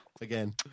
Again